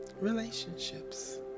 relationships